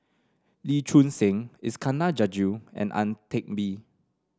Lee Choon Seng Iskandar Jalil and Ang Teck Bee